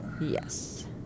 Yes